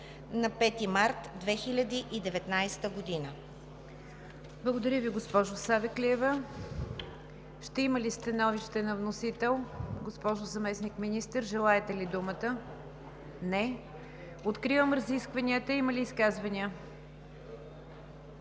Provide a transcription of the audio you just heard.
НИГЯР ДЖАФЕР: Благодаря Ви, госпожо Савеклиева. Ще има ли становище на вносител? Госпожо Заместник-министър, желаете ли думата? Не. Откривам разискванията. Има ли желаещи